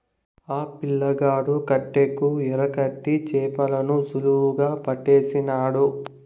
ఆ పిల్లగాడు కట్టెకు ఎరకట్టి చేపలను సులువుగా పట్టేసినాడు